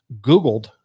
googled